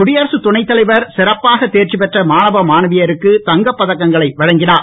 குடியரசுத் துணைத்தலைவர் சிறப்பாக தேர்ச்சிபெற்ற மாணவ மாணவியருக்கு தங்கப் பதக்கங்களை வழங்கினுர்